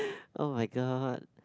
oh-my-god